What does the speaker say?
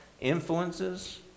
influences